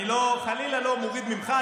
אני חלילה לא מוריד ממך,